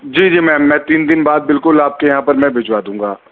جی جی میم میں تین دن بعد بالکل آپ کے یہاں پر میں بھجوا دوں گا